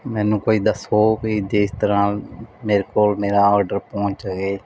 ਮੈਨੂੰ ਕੋਈ ਦੱਸੋ ਵੀ ਜੇ ਇਸ ਤਰ੍ਹਾਂ ਮੇਰੇ ਕੋਲ ਮੇਰਾ ਆਰਡਰ ਪਹੁੰਚ ਗਏ